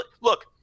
look